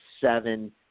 seven –